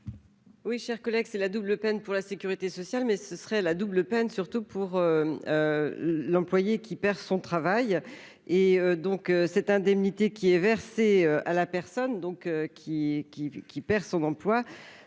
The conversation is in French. Oui, chers collègues, c'est la double peine pour la sécurité sociale mais ce serait la double peine, surtout pour l'employé, qui perd son travail et donc cette indemnité qui est versée à la personne donc qui qui qui perd son emploi